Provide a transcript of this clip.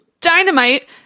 Dynamite